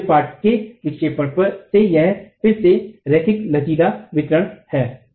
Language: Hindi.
तो मध्य पाट के विक्षेपण से यह फिर से रैखिक लचीला वितरण है